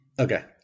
Okay